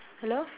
hello